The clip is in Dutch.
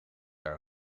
haar